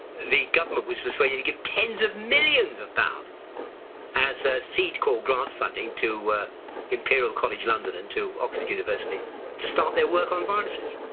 the government was persuaded to give tens of millions of pounds as seed call grant funding to imperial college london and to oxford university to start their work on viruses,